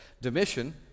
Domitian